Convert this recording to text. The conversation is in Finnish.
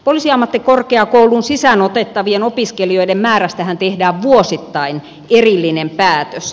poliisiammattikorkeakouluun sisään otettavien opiskelijoiden määrästähän tehdään vuosittain erillinen päätös